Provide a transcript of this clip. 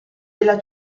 della